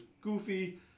goofy